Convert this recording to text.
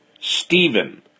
Stephen